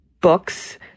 books